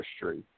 history